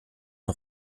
und